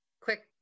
quick